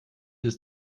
ist